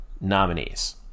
nominees